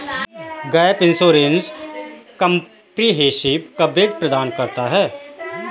gap insurance comprehensive coverage प्रदान करता है